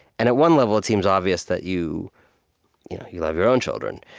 and at one level, it seems obvious that you you know you love your own children.